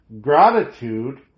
Gratitude